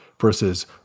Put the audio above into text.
versus